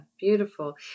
beautiful